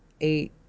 eight